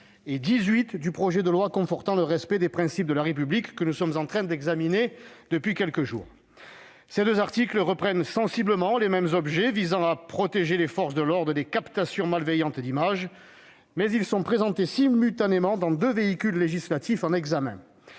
et 18 du projet de loi confortant le respect des principes de la République, que nous sommes en train d'examiner depuis quelques jours. Ces deux articles ont sensiblement le même objet, à savoir protéger les forces de l'ordre des captations malveillantes d'images, mais ils sont présentés simultanément dans deux véhicules législatifs. On se